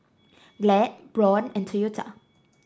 Glad Braun and Toyota